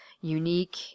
unique